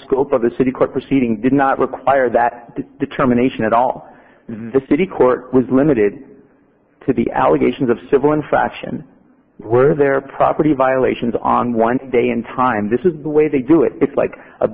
scope of the city court proceeding did not require that the determination at all this to the court was limited to the allegations of civil in fashion where their property violations on one day in time this is the way they do it it's like a